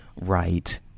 right